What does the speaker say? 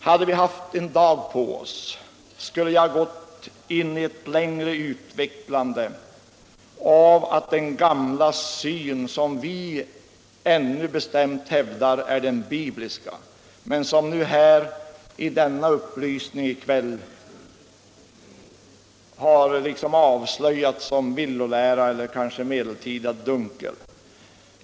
Hade vi haft en dag på oss skulle jag ha gått in på ett längre utvecklande av att den gamla syn som vi ännu bestämt hävdar är den bibliska men som nu i denna upplysning i kväll liksom har avslöjats som villolära eller kanske medeltida dunkel.